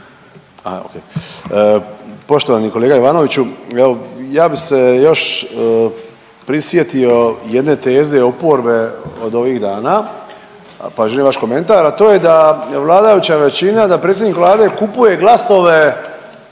Poštovani kolega Ivanoviću, evo ja bih se još prisjetio jedne teze oporbe od ovih dana, …/Govornik se ne razumije./… vaš komentar a to je da vladajuća većina, da predsjednik Vlade kupuje glasove